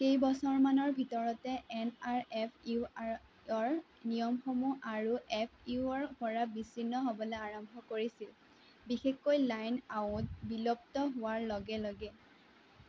কেইবছৰমানৰ ভিতৰতে এনআৰএফইউআৰৰ নিয়মসমূহ আৰু এফইউঅৰ পৰা বিচ্ছিন্ন হ'বলৈ আৰম্ভ কৰিছিল বিশেষকৈ লাইন আউট বিলুপ্ত হোৱাৰ লগে লগে